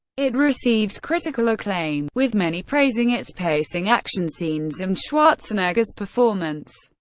it received critical acclaim, with many praising its pacing, action scenes and schwarzenegger's performance.